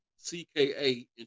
CKA